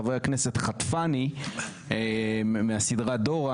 חבר הכנסת חטפני מהסדרה דורה,